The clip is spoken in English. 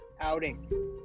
outing